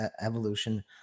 evolution